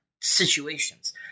situations